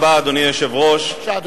אדוני היושב-ראש, תודה רבה,